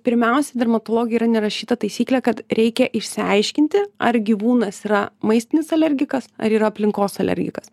pirmiausia dermatologijoj yra nerašyta taisyklė kad reikia išsiaiškinti ar gyvūnas yra maistinis alergikas ar yra aplinkos alergikas